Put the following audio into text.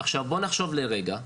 עכשיו בוא נחשוב לרגע,